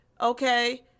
okay